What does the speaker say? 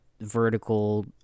vertical